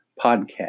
podcast